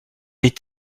est